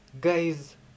guys